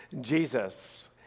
Jesus